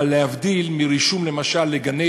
אבל להבדיל למשל מרישום לגני-ילדים,